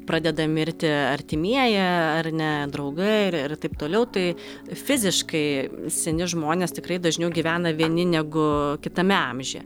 pradeda mirti artimieji ar ne draugai ir ir taip toliau tai fiziškai seni žmonės tikrai dažniau gyvena vieni negu kitame amžiuje